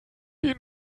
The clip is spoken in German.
die